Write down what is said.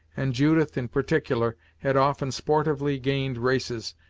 and judith, in particular, had often sportively gained races,